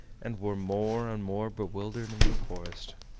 and were more and more bewildered in the forest.